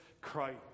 Christ